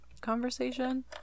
conversation